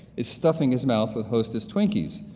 is stuffing his mouth with hostess twinkies,